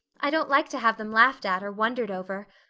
i don't like to have them laughed at or wondered over.